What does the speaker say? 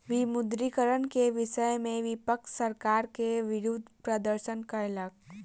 विमुद्रीकरण के विषय में विपक्ष सरकार के विरुद्ध प्रदर्शन कयलक